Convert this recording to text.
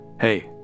Hey